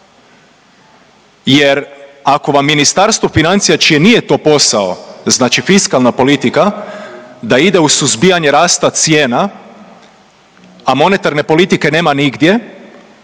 jer ako vam Ministarstvo financija čiji nije to posao, znači fiskalna politika da ide u suzbijanje rasta cijena a monetarne politike nema nigdje